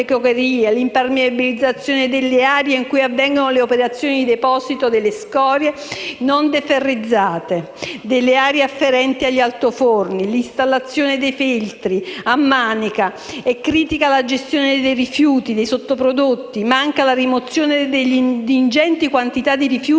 impermeabilizzazione delle aree in cui avvengono le operazioni di deposito delle scorie non deferrizzate da trattare e delle aree afferenti agli altiforni, nonché quelli di installazione dei filtri a maniche; critica gestione dei rifiuti e dei sottoprodotti; mancata rimozione delle ingenti quantità di rifiuti